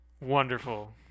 Wonderful